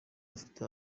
afite